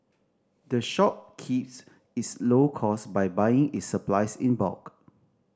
the shop keeps its low costs by buying its supplies in bulk